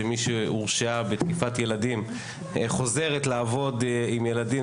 שמי שהורשעה בתקיפת ילדים חוזרת לעבוד עם ילדים,